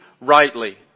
rightly